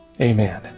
amen